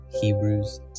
Hebrews